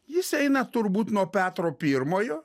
jis eina turbūt nuo petro pirmojo